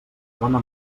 bona